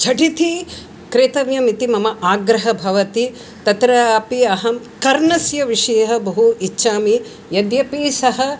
झटिति क्रेतव्यम् इति मम आग्रहः भवति तत्र अपि अहं कर्णस्य विषयः बहु इच्छामि यद्यपि सः